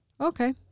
Okay